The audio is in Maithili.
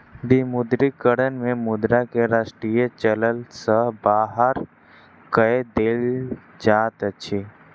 विमुद्रीकरण में मुद्रा के राष्ट्रीय चलन सॅ बाहर कय देल जाइत अछि